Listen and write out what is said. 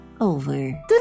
over